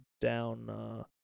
down